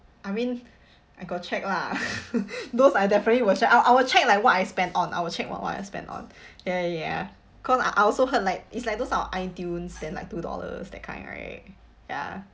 I mean I got check lah those I definitely will check I I will check like what I spend on I will check what I spend on ya ya ya cause I I also heard like it's like those i~ iTunes then like two dollars that kind right ya